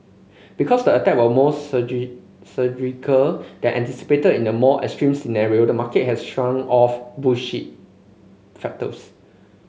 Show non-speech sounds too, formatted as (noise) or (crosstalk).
because the attack were more (unintelligible) surgical than anticipated in the more extreme scenario the market has shrugged off (unintelligible) factors